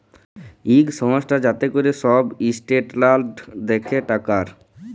ইক সংস্থা যাতে ক্যরে ছব ইসট্যালডাড় দ্যাখে টাকার